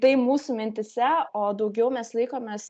tai mūsų mintyse o daugiau mes laikomės